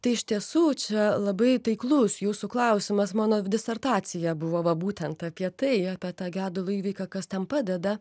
tai iš tiesų čia labai taiklus jūsų klausimas mano disertacija buvo va būtent apie tai apie tą gedulo įvyką kas ten padeda